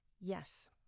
Yes